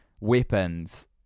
weapons